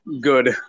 Good